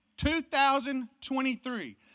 2023